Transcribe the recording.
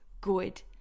good